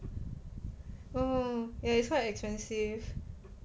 oh ya it's quite expensive